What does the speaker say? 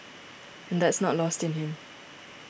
and that's not lost in him